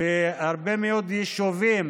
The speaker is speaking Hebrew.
בהרבה מאוד יישובים